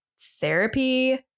therapy